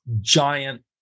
giant